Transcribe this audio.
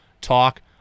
talk